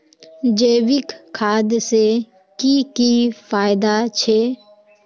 जैविक खाद से की की फायदा छे?